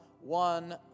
one